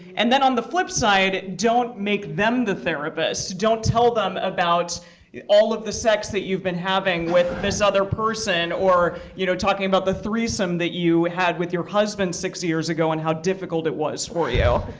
and then on the flip side, don't make them the therapist. don't tell them about all of the sex that you've been having with this other person, or you know talking about the threesome that you had with your husband six years ago and how difficult it was for you.